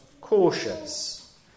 cautious